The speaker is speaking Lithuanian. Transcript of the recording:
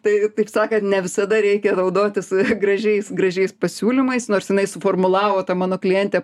tai taip sakant ne visada reikia naudotis gražiais gražiais pasiūlymais nors jinai suformulavo ta mano klientė